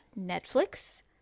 Netflix